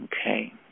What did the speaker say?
Okay